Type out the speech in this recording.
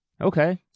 Okay